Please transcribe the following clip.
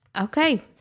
Okay